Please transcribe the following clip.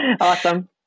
Awesome